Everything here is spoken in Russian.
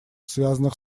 связанных